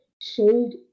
sold